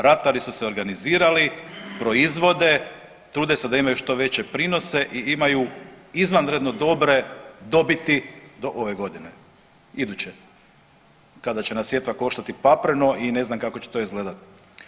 Ratari su se organizirali, proizvode, trude se da imaju što veće prinose i imaju izvanredno dobre dobiti do ove godine, iduće, kada će nas sjetva koštati papreno i ne znam kako će to izgledati.